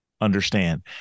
understand